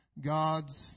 God's